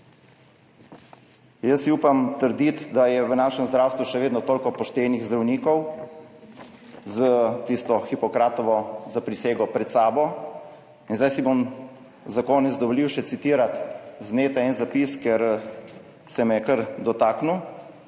Jaz si upam trditi, da je v našem zdravstvu še vedno toliko poštenih zdravnikov s Hipokratovo zaprisego pred sabo. Zdaj si bom za konec dovolil še citirati z neta en zapis, ker se me je kar dotaknil.